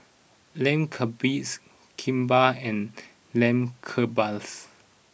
Lamb Kebabs Kimbap and Lamb Kebabs